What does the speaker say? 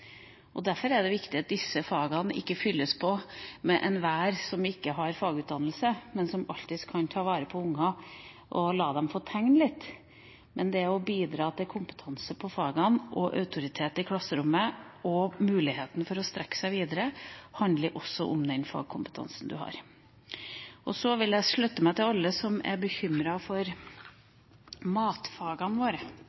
Derfor er det viktig at disse fagene ikke fylles på med enhver som ikke har fagutdannelse, men som alltids kan ta vare på ungene og la dem få tegne litt. Men det å bidra til kompetanse i fagene og autoritet i klasserommet og muligheten for å strekke seg videre handler også om den fagkompetansen en har. Så vil jeg slutte meg til alle som er bekymret for matfagene våre.